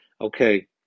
Okay